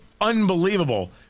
unbelievable